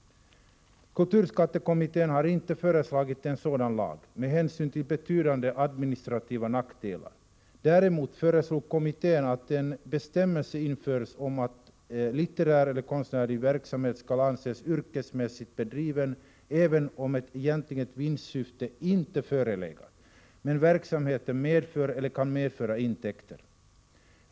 Kulturskattekommittén har inte föreslagit något sådant, med hänsyn till betydande administrativa nackdelar. Däremot föreslog kommittén att en bestämmelse införs om att litterär eller konstnärlig verksamhet skall anses yrkesmässigt bedriven även om ett egentligt vinstsyfte inte förelegat men verksamheten medför eller kan medföra intäkter.